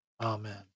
Amen